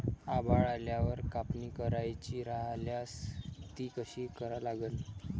आभाळ आल्यावर कापनी करायची राह्यल्यास ती कशी करा लागन?